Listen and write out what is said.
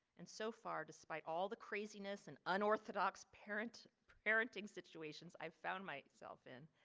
and so far despite all the craziness and unorthodox parent parenting situations i've found myself in,